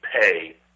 pay